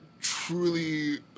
truly